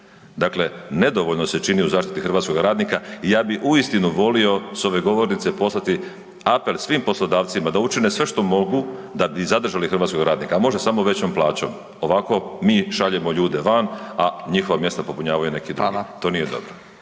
Dakle, nedovoljno se čini u zaštiti hrvatskog radnika i ja bi uistinu volio s ove govornice poslati apel svim poslodavcima da učine sve što mogu da bi i zadržali hrvatskog radnika, a može samo većom plaćom, ovako mi šaljemo ljude van a njihova mjesta popunjavaju neki drugi, to nije dobro.